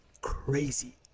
crazy